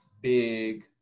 big